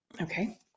Okay